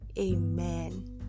Amen